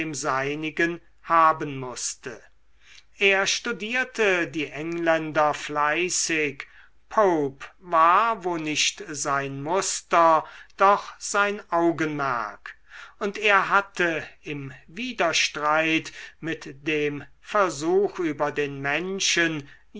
seinigen haben mußte er studierte die engländer fleißig pope war wo nicht sein muster doch sein augenmerk und er hatte im widerstreit mit dem versuch über den menschen